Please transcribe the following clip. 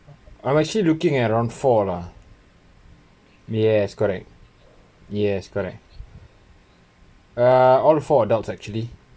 I'm actually looking around four lah yes correct yes correct uh all for adults actually